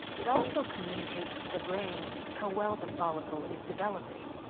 it also communicates to the brain how well the follicle is developing.